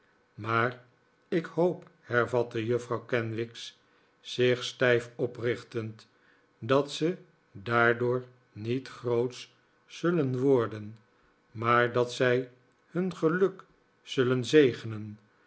maar ik hoop hervatte juffrouw kenwigs zich stijf oprichtend dat ze daardoor niet grootsch zullen worden maar dat zij hun geluk zullen zegenen